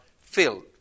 filled